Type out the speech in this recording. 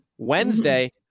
Wednesday